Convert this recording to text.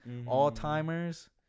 Alzheimer's